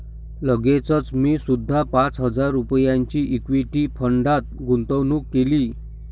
लगेचच मी सुद्धा पाच हजार रुपयांची इक्विटी फंडात गुंतवणूक केली